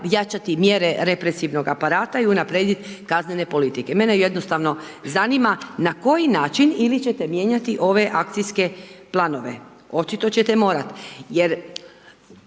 jačati mjere represivnog aparata i unaprijediti kaznene politike. Mene jednostavno zanima, na koji način ili ćete mijenjati ove akcijske planove, očito ćete morati.